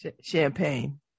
champagne